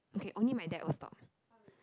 okay only my dad will stop